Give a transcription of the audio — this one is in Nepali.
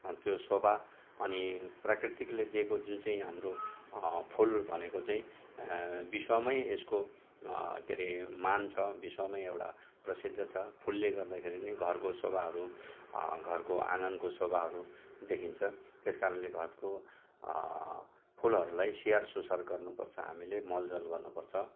त्यो शोभा अनि प्राकृतिकले दिएको जुन चाहिँ हाम्रो फुल भनेको चाहिँ विश्वमै यसको के अरे मान छ विश्वमै एउटा प्रसिद्ध छ फुलले गर्दाखेरि नै घरको शोभाहरू घरको आँगनको शोभाहरू देखिन्छ त्यस कारणले घरको फुलहरूलाई स्याहारसुसार गर्नुपर्छ हामीले मलजल गर्नुपर्छ